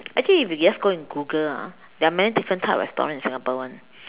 actually if you just go and Google ah there are many different types of restaurant in Singapore [one]